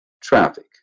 traffic